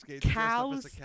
cow's